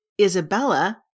Isabella